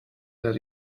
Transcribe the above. that